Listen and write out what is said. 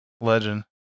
Legend